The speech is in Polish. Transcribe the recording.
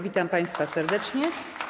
Witam państwa serdecznie.